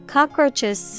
Cockroaches